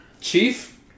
chief